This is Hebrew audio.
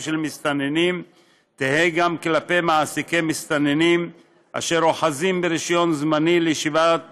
של מסתננים יהיו גם כלפי מעסיקי מסתננים אשר אוחזים ברישיון זמני לישיבת